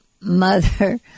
Mother